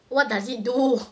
what does it do